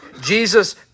Jesus